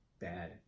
bad